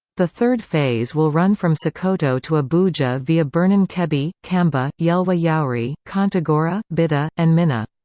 the third phase will run from sokoto to abuja via birnin kebbi, kamba, yelwa yauri, kontagora, bida, and minna.